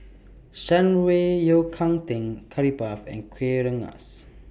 Shan Rui Yao Cai Tang Curry Puff and Kuih Rengas